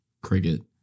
cricket